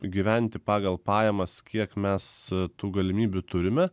gyventi pagal pajamas kiek mes tų galimybių turime